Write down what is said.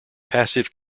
passive